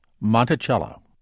Monticello